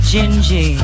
Gingy